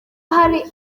hari